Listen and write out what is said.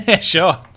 Sure